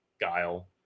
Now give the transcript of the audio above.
Guile